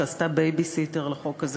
שעשתה בייביסיטר לחוק הזה